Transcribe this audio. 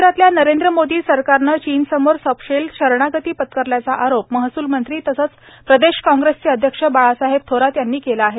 केंद्रातल्या नरेंद्र मोदी सरकारनं चीनसमोर सपशेल शरणागती पत्करल्याचा आरोप महसूलमंत्री तसंच प्रदेश काँग्रेसचे अध्यक्ष बाळासाहेब थोरात यांनी केला आहे